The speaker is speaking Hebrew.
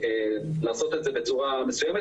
לעשות את זה בצורה מסוימת,